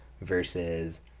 versus